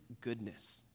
goodness